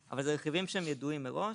לא משנה, אלה רכיבים שידועים מראש